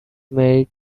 married